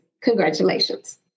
congratulations